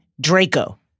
Draco